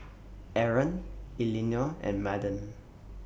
Aron Elinore and Madden